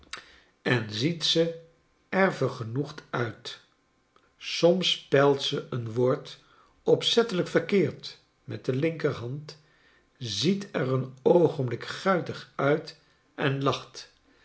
en ziet er vergenoegd uit soms spelt ze een woord opzettelijk verkeerd met de linkerhand ziet er een oogenblik guitig uit en lacht